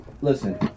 listen